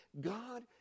God